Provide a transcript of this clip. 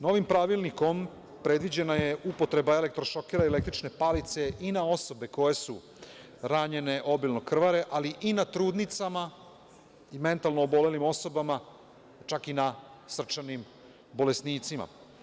Novim Pravilnikom predviđena je upotreba elektro-šokera i električne palice i na osobe koje su ranjene, obilno krvare, ali i na trudnicama i mentalno obolelim osobama, čak i na srčanim bolesnicima.